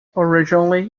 originally